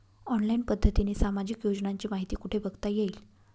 Online पद्धतीने सामाजिक योजनांची माहिती कुठे बघता येईल?